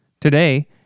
Today